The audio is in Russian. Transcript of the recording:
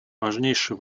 важнейший